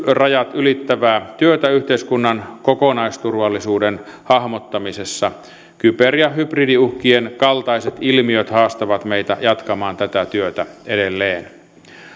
ylittävää työtä yhteiskunnan kokonaisturvallisuuden hahmottamisessa kyber ja hybridiuhkien kaltaiset ilmiöt haastavat meitä jatkamaan tätä työtä edelleen